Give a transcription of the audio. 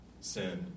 sin